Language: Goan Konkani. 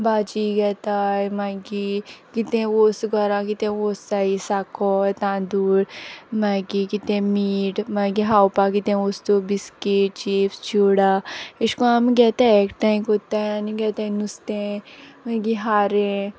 भाजी घेताय मागी कितें वोस्त घोरां कितें वोस्त जायी साकोर तांदूळ मागी कितें मीठ मागी हावपा कितें वोस्तू बिस्कीट चिप्स चुडा अेश कोन्न आम घेताय एकठांय कोत्ताय आनी घेताय नुस्तें मागी हारें